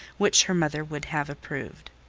which her mother would have approved.